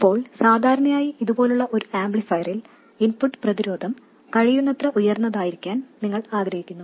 ഇപ്പോൾ സാധാരണയായി ഇതുപോലുള്ള ഒരു ആംപ്ലിഫയറിൽ ഇൻപുട്ട് പ്രതിരോധം കഴിയുന്നത്ര ഉയർന്നതായിരിക്കാൻ നിങ്ങൾ ആഗ്രഹിക്കുന്നു